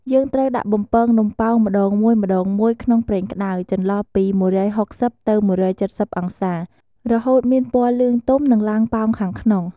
យើងត្រូវដាក់បំពងនំប៉ោងម្ដងមួយៗក្នុងប្រេងក្តៅ ចន្លោះពី ១៦០ ទៅ ១៧០ អង្សា រហូតមានពណ៌លឿងទុំ និងឡើងប៉ោងខាងក្នុង។